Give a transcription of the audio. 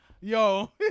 Yo